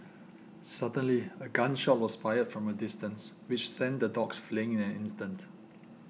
suddenly a gun shot was fired from a distance which sent the dogs fleeing in an instant